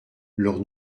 leurs